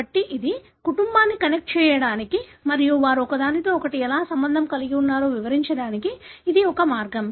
కాబట్టి ఇది కుటుంబాన్ని కనెక్ట్ చేయడానికి మరియు వారు ఒకదానితో ఒకటి ఎలా సంబంధం కలిగి ఉన్నారో వివరించడానికి ఇది ఒక మార్గం